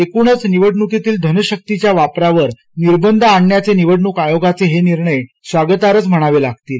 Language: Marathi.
एकूणच निवडणुकीतील धनशक्तीच्या वापरावर निर्बंध आणण्याचे निवडणुक आयोगाचे हे निर्णय स्वागतार्हच म्हणावे लागतील